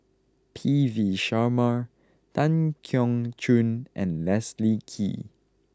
P V Sharma Tan Keong Choon and Leslie Kee